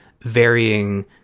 varying